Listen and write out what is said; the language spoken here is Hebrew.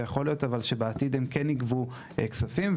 אבל יכול להיות שבעתיד הן כן יגבו את הכספים,